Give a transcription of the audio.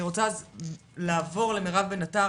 אני רוצה לעבור למירב בן עטר,